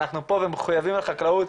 אנחנו פה ומחוייבים לחקלאות,